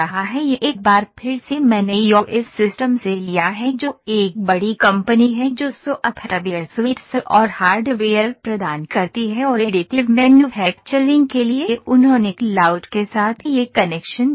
यह एक बार फिर से मैंने ईओएस सिस्टम से लिया है जो एक बड़ी कंपनी है जो सॉफ्टवेयर सुइट्स और हार्डवेयर प्रदान करती है और एडिटिव मैन्युफैक्चरिंग के लिए उन्होंने क्लाउड के साथ यह कनेक्शन दिया है